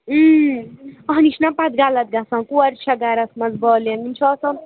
اَہنی یہِ چھُنا پَتہٕ غلط گژھان کورِ چھےٚ گَرَس منٛز بالَینٛگ یِم چھِ آسان